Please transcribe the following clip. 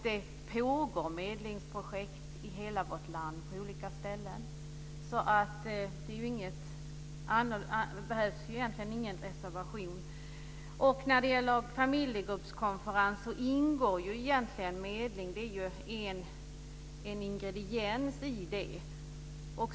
Det pågår medlingsprojekt på olika ställen i hela vårt land, så det behövs egentligen ingen reservation. När det gäller familjegruppskonferens ingår egentligen medling. Det är en ingrediens i det.